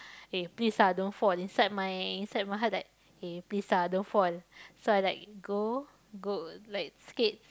eh please lah don't fall inside my inside my heart like eh please lah don't fall so I like go go like skate